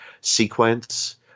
sequence